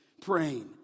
praying